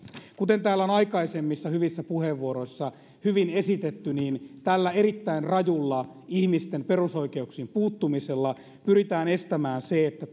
kuten täällä on aikaisemmissa hyvissä puheenvuoroissa hyvin esitetty tällä erittäin rajulla ihmisten perusoikeuksiin puuttumisella pyritään estämään se että